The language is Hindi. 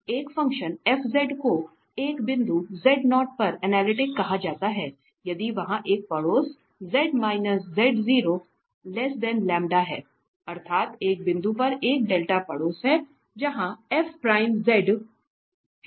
एक फ़ंक्शन f को एक बिंदु पर एनालिटिक कहा जाता है यदि वहां एक पड़ोस है अर्थात् एक बिंदु पर एक डेल्टा पड़ोस है जहां है